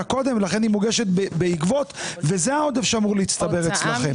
קודם לכן היא מוגשת בעקבות וזה העודף שאמור להצטבר אצלכם.